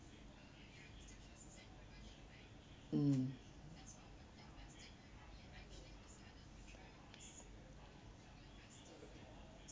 mm